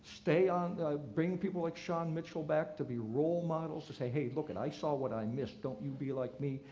stay on. bring people like shawn mitchell back to be role models, to say hey, and i saw what i missed, don't you be like me!